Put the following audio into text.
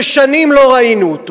ששנים לא ראינו.